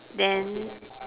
then